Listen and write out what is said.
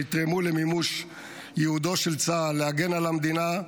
שיתרמו למימוש ייעודו של צה"ל להגן על המדינה,